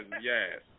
yes